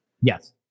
Yes